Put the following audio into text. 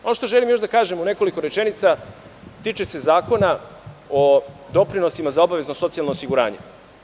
Ono što želim još da kažem u nekoliko rečenica tiče se Zakona o doprinosima za obavezno socijalno osiguranje.